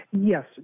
Yes